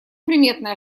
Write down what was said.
приметная